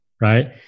right